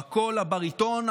בקול הבריטון,